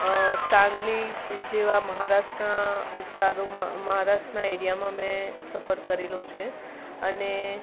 સાંગલી જેવા મહારાષ્ટ્રના વિસ્તારોમાં મહારાષ્ટ્રના એરિયામાં મેં સફર કરેલું છે અને